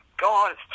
god